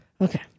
Okay